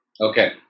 Okay